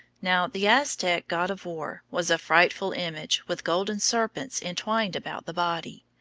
now, the aztec god of war was a frightful image with golden serpents entwined about the body.